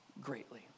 greatly